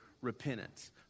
repentance